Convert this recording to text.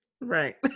Right